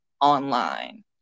online